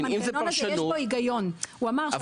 שהמנגנון הזה יש בו היגיון --- רגע,